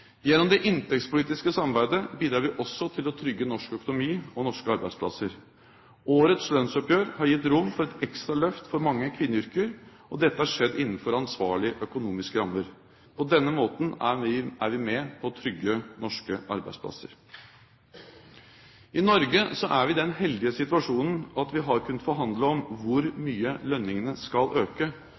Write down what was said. Gjennom det inntektspolitiske samarbeidet bidrar vi også til å trygge norsk økonomi og norske arbeidsplasser. Årets lønnsoppgjør har gitt rom for et ekstra løft for mange kvinneyrker, og dette har skjedd innenfor ansvarlige økonomiske rammer. På denne måten er vi med på å trygge norske arbeidsplasser. I Norge er vi i den heldige situasjonen at vi har kunnet forhandle om hvor mye lønningene skal øke.